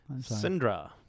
Syndra